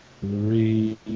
three